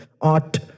art